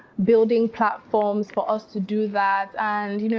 building platforms for us to do that. and you know